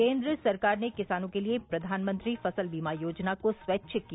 केन्द्र सरकार ने किसानों के लिए प्रधानमंत्री फसल बीमा योजना को स्वैच्छिक किया